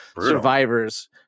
survivors